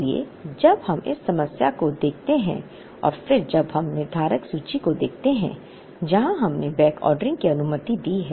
इसलिए जब हम इस समस्या को देखते हैं और फिर जब हम निर्धारक सूची को देखते हैं जहां हमने बैकऑर्डरिंग की अनुमति दी है